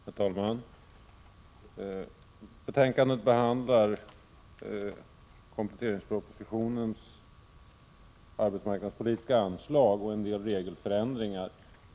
Herr talman! I detta betänkande behandlas kompletteringspropositionens arbetsmarknadspolitiska anslag och en del regelförändringar.